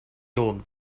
old